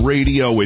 Radio